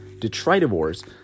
detritivores